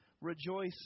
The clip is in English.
Rejoice